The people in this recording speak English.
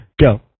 go